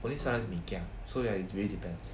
for this one is mee kia so ya it really depends